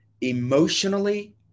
emotionally